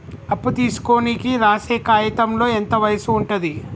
అప్పు తీసుకోనికి రాసే కాయితంలో ఎంత వయసు ఉంటది?